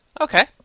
Okay